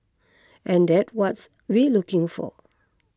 and that's what we looking for